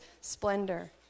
splendor